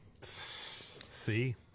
See